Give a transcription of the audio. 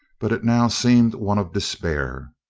but it now seemed one of despair.